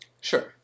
Sure